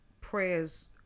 prayers